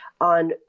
on